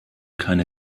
keine